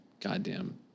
goddamn